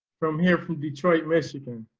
from here from detroit, michigan.